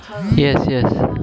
yes yes